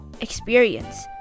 Experience